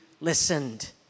listened